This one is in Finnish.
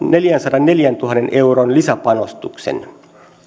neljänsadanneljäntuhannen euron lisäpanostuksen